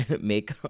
make